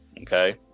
okay